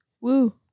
Woo